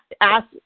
ask